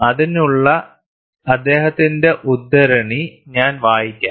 അതിനുള്ള അദ്ദേഹത്തിന്റെ ഉദ്ധരണി ഞാൻ വായിക്കാം